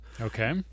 Okay